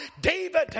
David